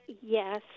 yes